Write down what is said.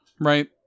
Right